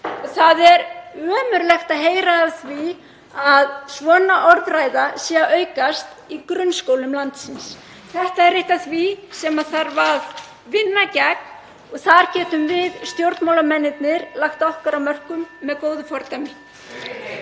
Það er ömurlegt að heyra af því að svona orðræða sé að aukast í grunnskólum landsins. Þetta er eitt af því sem þarf að vinna gegn (Forseti hringir.) og þar getum við stjórnmálamennirnir lagt okkar af mörkum með góðu fordæmi.